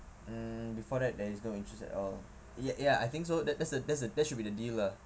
mm before that there is no interest at all ya I think so that's the that's the that should be the deal lah